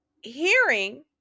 hearing